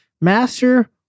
Master